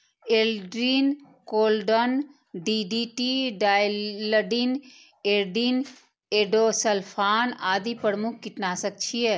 Aldrin, chlordane, DDT, dieldrin, endrin, endosulfan आदि प्रमुख कीटनाशक छियै